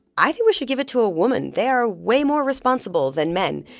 i think we should give it to a woman they are way more responsible than men.